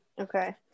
Okay